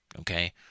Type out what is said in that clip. okay